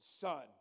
son